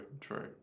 true